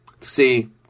See